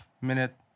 minute